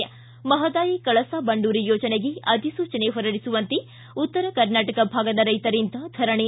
ಿ ಮಹದಾಯಿ ಕಳಸಾ ಬಂಡೂರಿ ಯೋಜನೆಗೆ ಅಧಿಸೂಚನೆ ಹೊರಡಿಸುವಂತೆ ಉತ್ತರ ಕರ್ನಾಟಕ ಭಾಗದ ರೈತರಿಂದ ಧರಣಿ